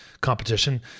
competition